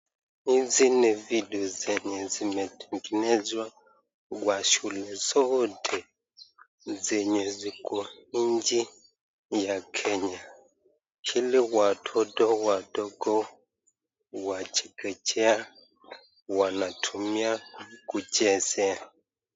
Hizi ni vitu zenye zimetengenezwa kwa shule zote zenye ziko kwa nchi ya kenya ili watoto wadogo wachekechekea wanatumia kuchezea.